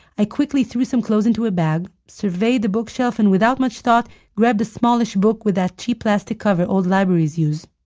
i quickly threw some clothes into a bag, surveyed the bookshelf, and without much thought grabbed a smallish book with that cheap plastic cover old libraries use,